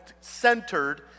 Centered